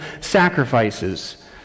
sacrifices